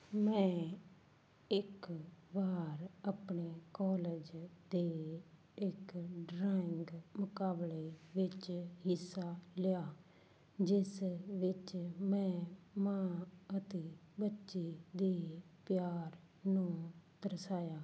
ਮੈਂ ਇੱਕ ਵਾਰ ਆਪਣੇ ਕੋਲਜ ਦੇ ਇੱਕ ਡਰਾਇੰਗ ਮੁਕਾਬਲੇ ਵਿੱਚ ਹਿੱਸਾ ਲਿਆ ਜਿਸ ਵਿੱਚ ਮੈਂ ਮਾਂ ਅਤੇ ਬੱਚੇ ਦੇ ਪਿਆਰ ਨੂੰ ਦਰਸਾਇਆ